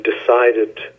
decided